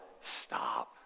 Stop